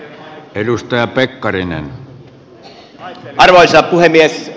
arvoisa puhemies